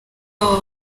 aba